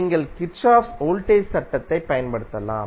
நீங்கள் Kirchhoff voltage சட்டத்தைப் பயன்படுத்தலாம்